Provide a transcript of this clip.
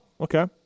okay